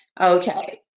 Okay